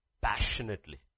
passionately